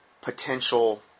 potential